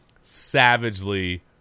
savagely